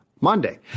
Monday